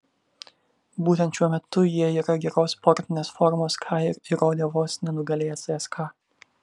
būtent šiuo metu jie yra geros sportinės formos ką ir įrodė vos nenugalėję cska